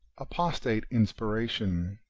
apostate inspiration,